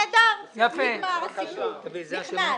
נהדר, נגמר הסיפור, נכנס.